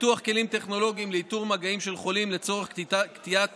פיתוח כלים טכנולוגיים לאיתור מגעים של חולים לצורך קטיעת